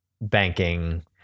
banking